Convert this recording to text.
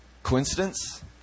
coincidence